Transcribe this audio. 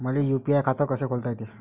मले यू.पी.आय खातं कस खोलता येते?